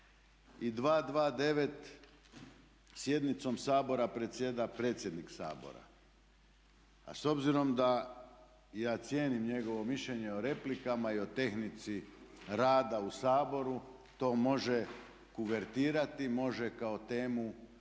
I 229. "Sjednicom Sabora predsjeda predsjednik Sabora." a s obzirom da ja cijenim njegovo mišljenje o replikama i o tehnici rada u Saboru to može kuvertirati, može kao temu